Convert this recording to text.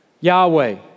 Yahweh